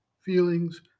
feelings